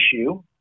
issue